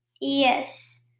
Yes